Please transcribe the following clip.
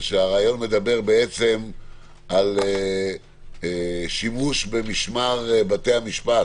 הרעיון מדבר בעצם על שימוש במשמר בתי המשפט,